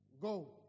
go